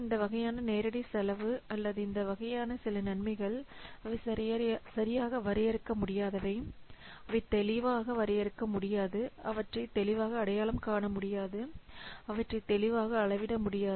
இந்த வகையான நேரடி செலவு அல்லது இந்த வகையான சில நன்மைகள் அவை சரியாக வரையறுக்க முடியாதவை அவை தெளிவாக வரையறுக்க முடியாது அவற்றை தெளிவாக அடையாளம் காண முடியாது அவற்றை தெளிவாக அளவிட முடியாது